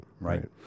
right